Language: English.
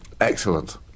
excellent